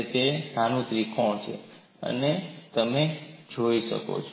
તે આ નાનું ત્રિકોણ છે તમે જે અહીં જુઓ છો